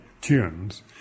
tunes